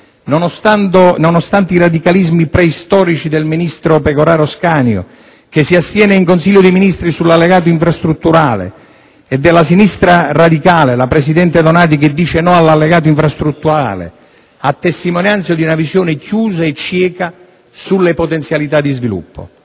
nonostante i radicalismi preistorici del ministro Pecoraro Scanio (che si è astenuto in Consiglio dei Ministri sull'allegato infrastrutturale) e della sinistra radicale (con la presidente Anna Donati che ha detto no all'allegato infrastrutturale), a testimonianza di una visione chiusa e cieca sulle potenzialità di sviluppo.